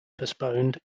postponed